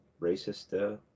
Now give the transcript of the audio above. racist